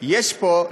יש פה,